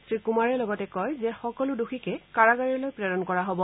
শ্ৰীকুমাৰে লগতে কয় যে সকলো দোষীকে কাৰাগাৰলৈ প্ৰেৰণ কৰা হ'ব